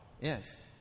Yes